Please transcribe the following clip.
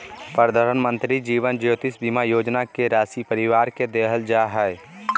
प्रधानमंत्री जीवन ज्योति बीमा योजना के राशी परिवार के देल जा हइ